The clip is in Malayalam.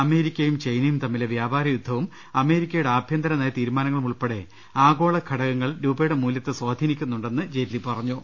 അമേരിക്ക്യും ചൈനയും തമ്മിലെ വ്യാപാര യുദ്ധവും അമേരിക്കയുടെ ആഭ്യന്തരനയ തീരുമാനങ്ങളും ഉൾപ്പെടെ ആഗോള ഘടകങ്ങൾ രൂപയുടെ മൂല്യത്തെ സ്വാധീനിക്കു ന്നുണ്ടെന്ന് ജെയ്റ്റ്ലി പറഞ്ഞു